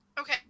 okay